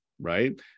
right